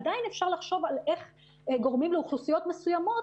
עדיין אפשר לחשוב על איך גורמים לאוכלוסיות מסוימות